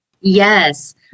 Yes